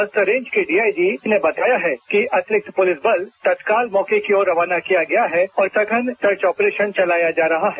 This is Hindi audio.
बस्तर रेंज के डीआईजी ने बताया है कि अतिरिक्त पुलिसबल तत्काल मौके की ओर रवाना किया गया है और सघन सर्च ऑपरेशन चलाया जा रहा है